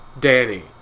Danny